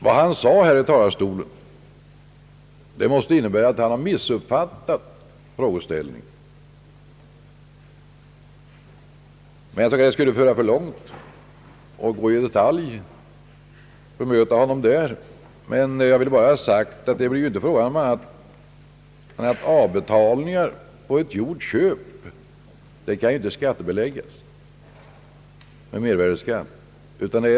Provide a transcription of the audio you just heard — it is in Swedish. Vad han sade här i talarstolen måste innebära att han har missuppfattat frågeställningen. Det skulle föra för långt att bemöta honom i detalj, men jag vill ha sagt att det inte blir fråga om att avbetalningar på ett gjort köp kan beläggas med mervärdeskatt.